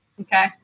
Okay